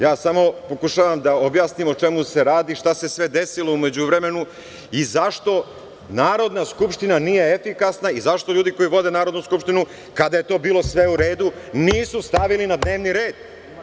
Ja samo pokušavam da objasnim o čemu se radi i šta se sve desilo u međuvremenu i zašto Narodna skupština nije efikasna i zašto ljudi koji vode Narodnu skupštinu, kada je to bilo sve u redu, nisu stavili na dnevni red.